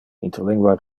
interlingua